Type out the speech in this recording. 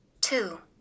two